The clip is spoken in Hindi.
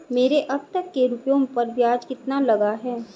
मेरे अब तक के रुपयों पर ब्याज कितना लगा है?